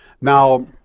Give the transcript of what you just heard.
Now